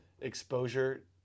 exposure